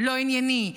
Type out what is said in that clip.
לא ענייני,